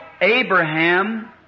Abraham